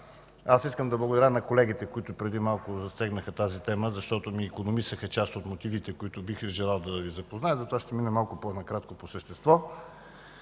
Искам да благодаря на колегите, които преди малко засегнаха тази тема, защото ми икономисаха част от мотивите, с които исках да Ви запозная. Затова ще мина по-накратко, по същество.